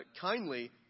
Kindly